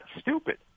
stupid